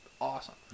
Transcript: awesome